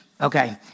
Okay